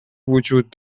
وجود